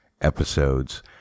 episodes